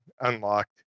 unlocked